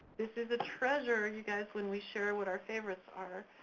this is a treasure, you guys, when we share what our favorites are.